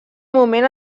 moment